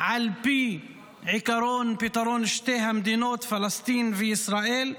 על פי עקרון פתרון לשתי המדינות פלסטין וישראל,